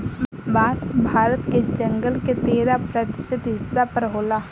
बांस भारत के जंगल के तेरह प्रतिशत हिस्सा पर होला